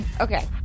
Okay